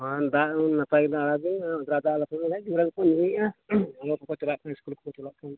ᱦᱳᱭ ᱫᱟᱜ ᱱᱟᱯᱟᱭ ᱫᱟᱜ ᱟᱲᱟᱜ ᱵᱤᱱ ᱚᱡᱽᱨᱟ ᱫᱟᱜ ᱟᱞᱚᱯᱮ ᱟᱲᱟᱜᱟ ᱜᱤᱫᱽᱨᱟᱹ ᱠᱚᱠᱚ ᱧᱩᱭᱮᱜᱼᱟ ᱪᱟᱞᱟᱜ ᱠᱟᱱᱟ ᱥᱠᱩᱞ ᱠᱚᱠᱚ ᱠᱟᱱᱟ ᱛᱚ